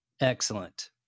Excellent